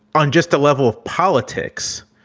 on just the level of politics.